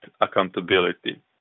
accountability